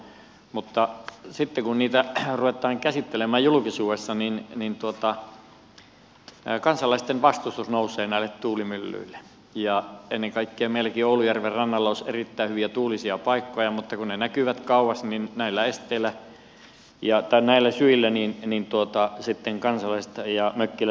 mutta sitten kun niitä ruvetaan käsittelemään julkisuudessa niin kansalaisten vastustus nousee näitä tuulimyllyjä kohtaan ja ennen kaikkea meilläkin oulujärven rannalla olisi erittäin hyviä tuulisia paikkoja mutta kun ne näkyvät kauas niin näillä syillä sitten kansalaiset ja mökkiläiset niitä vastustavat